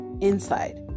inside